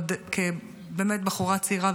באמת עוד כבחורה צעירה.